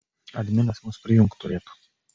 adminas mus prijungt turėtų